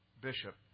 bishop